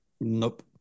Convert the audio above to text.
Nope